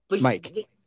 Mike